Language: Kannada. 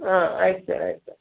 ಹಾಂ ಆಯ್ತು ಸರ್ ಆಯ್ತು